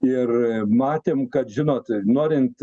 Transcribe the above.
ir matėme kad žinot norint